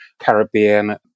Caribbean